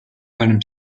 palm